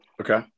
Okay